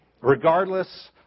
regardless